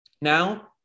Now